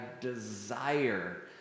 desire